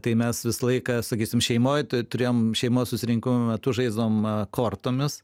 tai mes visą laiką sakysim šeimoj turėjom šeimos susirinkimų metu žaisdavom kortomis